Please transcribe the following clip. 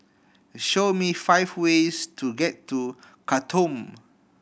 show me five ways to get to Khartoum